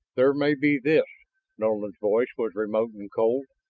there may be this nolan's voice was remote and cold,